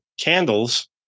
candles